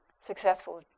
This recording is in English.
successful